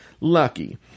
Lucky